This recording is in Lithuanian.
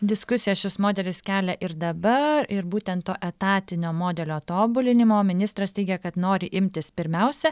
diskusiją šis modelis kelia ir dabar ir būtent to etatinio modelio tobulinimo ministras teigia kad nori imtis pirmiausia